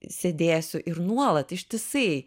sėdėsiu ir nuolat ištisai